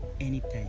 anytime